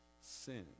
sin